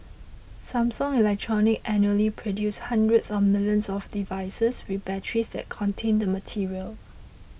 Samsung Electronics annually produces hundreds of millions of devices with batteries that contain the material